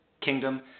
kingdom